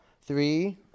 three